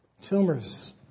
Tumors